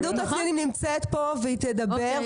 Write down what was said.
התאחדות התעשיינים נמצאת פה והיא תדבר,